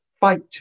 fight